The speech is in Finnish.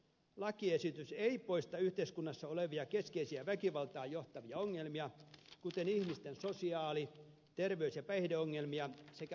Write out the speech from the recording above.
lakiesitys ei poista yhteiskunnassa olevia keskeisiä väkivaltaan johtavia ongelmia kuten ihmisten sosiaali terveys ja päihdeongelmia sekä laitonta asekauppaa